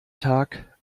tag